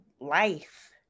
life